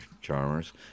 charmers